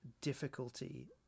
difficulty